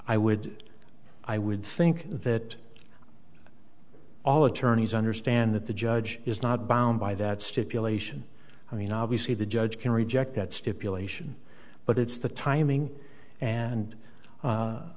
i would i would think that all attorneys understand that the judge is not bound by that stipulation i mean obviously the judge can reject that stipulation but it's the timing and